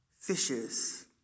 fishes